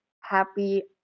happy